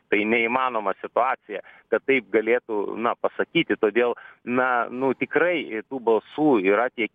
tai neįmanoma situacija kad taip galėtų na pasakyti todėl na nu tikrai tų balsų yra tiek